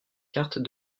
cartes